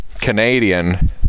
Canadian